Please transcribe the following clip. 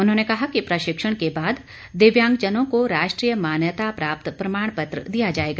उन्होंने कहा कि प्रशिक्षण के बाद दिव्यांगजनों को राष्ट्रीय मान्यता प्राप्त प्रमाण पत्र दिया जाएगा